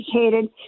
educated